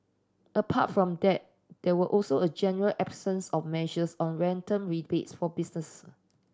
apart from that there were also a general absence of measures on rental rebates for businesses